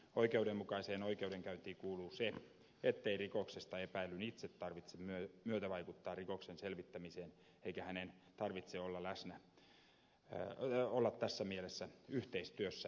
oikeudenmukaiseen oikeudenkäyntiin kuuluu se ettei rikoksesta epäillyn itse tarvitse myötävaikuttaa rikoksen selvittämiseen eikä hänen tarvitse olla tässä mielessä yhteistyössä viranomaisen kanssa